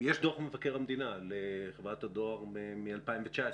יש דוח מבקר המדינה לחברת הדואר משנת 2019,